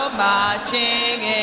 marching